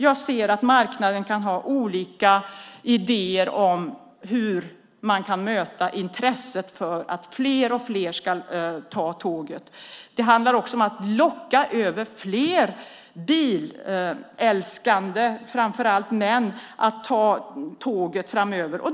Jag ser att marknaden kan ha olika idéer om hur man kan öka intresset hos fler och fler att ta tåget. Det handlar också om att locka över fler bilälskare, framför allt män, att ta tåget framöver.